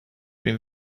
been